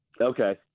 Okay